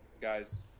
Guys